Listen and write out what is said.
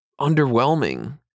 underwhelming